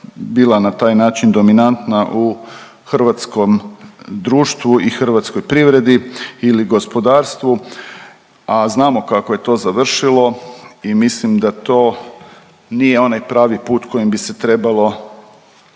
bila na taj način dominantna u hrvatskom društvu i hrvatskoj privredi ili gospodarstvu, a znamo kako je to završilo i mislim da to nije onaj pravi put kojim bi se trebalo